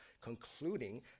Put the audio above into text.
concluding